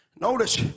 Notice